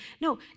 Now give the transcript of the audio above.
no